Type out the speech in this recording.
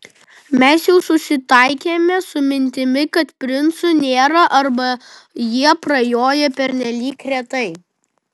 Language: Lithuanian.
mes jau susitaikėme su mintimi kad princų nėra arba jie prajoja pernelyg retai